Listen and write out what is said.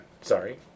Sorry